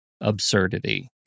absurdity